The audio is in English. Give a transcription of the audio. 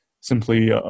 simply